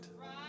Right